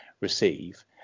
receive